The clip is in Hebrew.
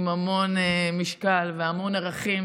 עם המון משקל והמון ערכים,